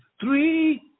Three